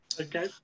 Okay